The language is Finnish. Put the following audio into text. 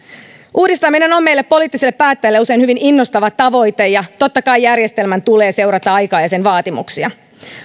uudistaminen on meille poliittisille päättäjille usein hyvin innostava tavoite ja totta kai järjestelmän tulee seurata aikaa ja sen vaatimuksia